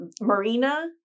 Marina